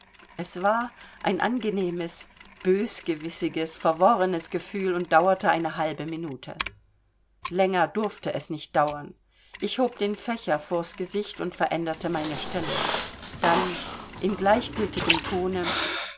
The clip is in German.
es war ein angenehmes bösgewissiges verwirrendes gefühl und dauerte eine halbe minute länger durfte es nicht dauern ich hob den fächer vors gesicht und veränderte meine stellung dann in gleichgültigem tone